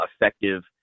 effective